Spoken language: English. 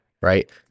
right